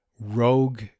Rogue